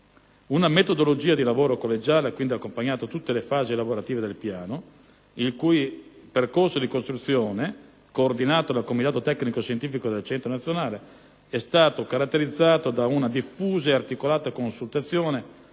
Una metodologia di lavoro collegiale ha quindi accompagnato tutte le fasi elaborative del Piano, il cui percorso di costruzione, coordinato dal comitato tecnico-scientifico del Centro nazionale, è stato caratterizzato da una diffusa e articolata consultazione